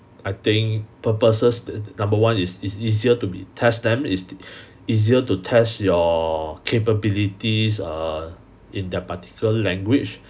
I think purposes number one is it's easier to be test them it's easier to test your capabilities err in that particular language